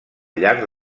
llarg